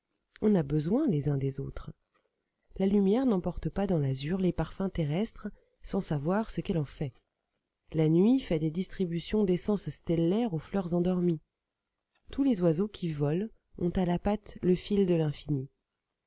on a besoin les uns des autres la lumière n'emporte pas dans l'azur les parfums terrestres sans savoir ce qu'elle en fait la nuit fait des distributions d'essence stellaire aux fleurs endormies tous les oiseaux qui volent ont à la patte le fil de l'infini